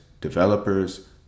developers